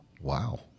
Wow